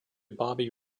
bobby